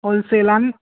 हॉलसेलान